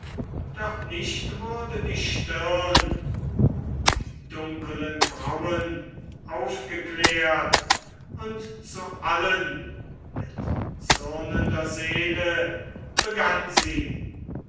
doch nicht wurde die stirn um die dunkelen brauen aufgeklärt und zu allen mit zürnender seele begann sie